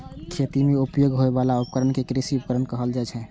खेती मे उपयोग होइ बला उपकरण कें कृषि उपकरण कहल जाइ छै